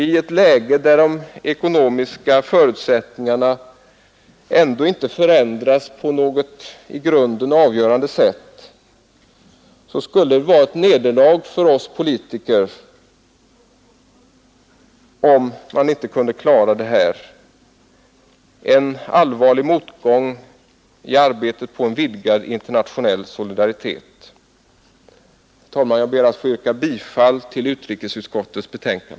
I ett läge där de grundläggande ekonomiska förutsättningarna ändå inte förändrats på något avgörande sätt skulle det vara ett nederlag för oss politiker, en allvarlig motgång i arbetet på en vidgad internationell solidaritet. Fru talman! Jag ber att få yrka bifall till utskottets hemställan.